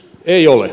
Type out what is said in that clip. ei ole